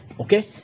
Okay